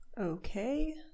okay